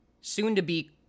soon-to-be